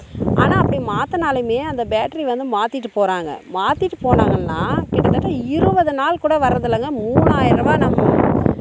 ஆனால் அப்படி மாற்றுனாலுமே அந்த பேட்டரி வந்து மாற்றிட்டு போகறாங்க மாற்றிட்டு போனாங்கன்னா கிட்டத்தட்ட இருபது நாள் கூட வரதுல்லங்க மூணாயிர் ரூபா நம்ம